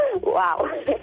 Wow